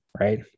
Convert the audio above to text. right